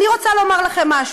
אני רוצה לומר לכם משהו.